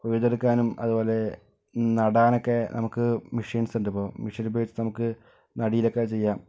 കൊയ്തെടുക്കാനും അതുപോലെ നടാനൊക്കെ മെഷീൻസ് ഉണ്ടിപ്പോൾ മെഷീൻ ഉപയോഗിച്ച് നമുക്ക് നടീലൊക്കെ ചെയ്യാം